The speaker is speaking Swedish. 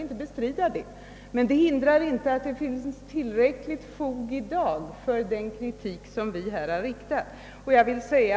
Det hindrar emellertid inte att det finns tillräckligt fog för den kritik som vi har riktat mot det här förslaget.